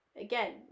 Again